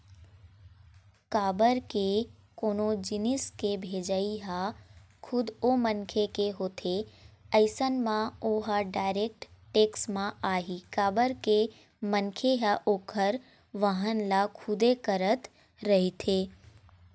काबर के कोनो जिनिस के भेजई ह खुद ओ मनखे के होथे अइसन म ओहा डायरेक्ट टेक्स म आही काबर के मनखे ह ओखर वहन ल खुदे करत रहिथे